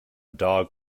dog